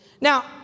Now